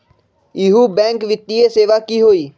इहु बैंक वित्तीय सेवा की होई?